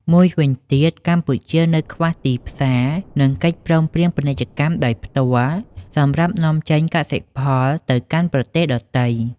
មួយវិញទៀតកម្ពុជានៅខ្វះទីផ្សារ និងកិច្ចព្រមព្រៀងពាណិជ្ជកម្មដោយផ្ទាល់សម្រាប់នាំចេញកសិផលទៅកាន់បណ្តាប្រទេសដទៃ